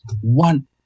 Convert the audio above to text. one